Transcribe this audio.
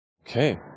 Okay